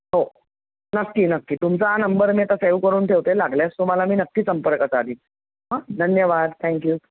हो नक्की नक्की तुमचा हा नंबर मी आता सेव करून ठेवते लागल्यास तुम्हाला मी नक्की संपर्क साधेन धन्यवाद थँक्यू